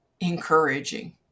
encouraging